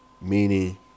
meaning